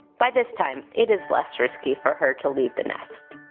by this time, it is less risky for her to leave the nest.